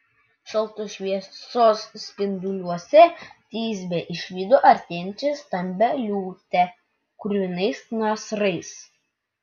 šaltos šviesos spinduliuose tisbė išvydo artėjant stambią liūtę kruvinais nasrais